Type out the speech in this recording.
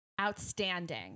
outstanding